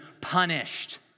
punished